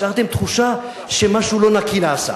השארתם תחושה שמשהו לא נקי נעשה.